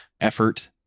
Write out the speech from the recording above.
effort